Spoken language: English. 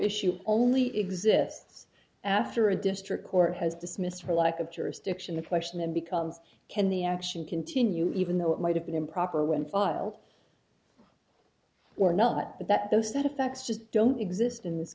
issue only exists after a district court has dismissed for lack of jurisdiction the question then becomes can the action continue even though it might have been improper when filed or not but that those that affects just don't exist in this